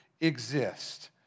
exist